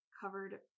covered